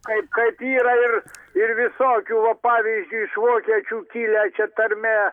kaip kaip yra ir ir visokių va pavyzdžiui iš vokiečių kilę čia tarmė